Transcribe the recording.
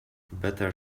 better